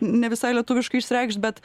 ne visai lietuviškai išreikšt bet